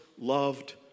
loved